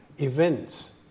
events